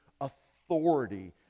authority